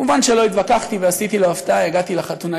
מובן שלא התווכחתי, עשיתי לו הפתעה, הגעתי לחתונה.